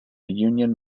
union